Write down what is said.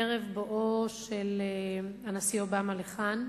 ערב בואו של הנשיא אובמה לכאן,